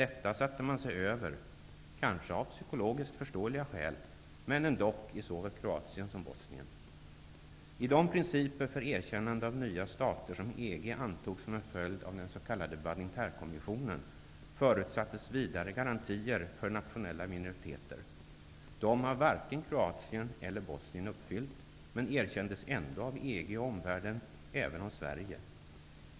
Detta satte man sig över -- kanske av psykologiskt förståeliga skäl -- men ändock i såväl Kroatien som I de principer för erkännande av nya stater, som EG De har inte uppfyllts av vare sig Kroatien eller Bosnien, men de erkändes ändå av EG och omvärlden -- även av Sverige.